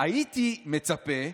הייתי מצפה,